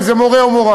אם זה מורֶה או מורָה.